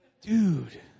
Dude